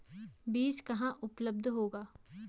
बीज कहाँ उपलब्ध होगा?